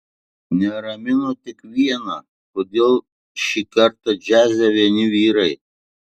neramino tik viena kodėl šįkart džiaze vieni vyrai